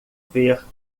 ver